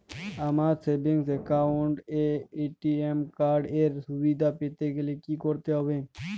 আমার savings account এ ATM card এর সুবিধা পেতে গেলে কি করতে হবে?